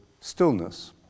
stillness